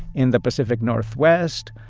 in the pacific northwest,